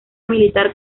militar